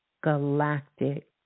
galactic